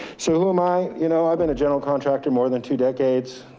so who am i? you know, i've been a general contractor more than two decades.